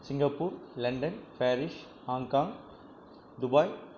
Singapore London Paris Hong Kong Dubai